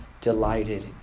delighted